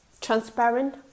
transparent